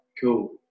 cool